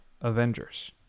Avengers